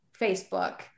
Facebook